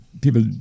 People